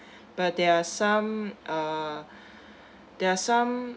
but there are some uh there are some